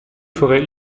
forêts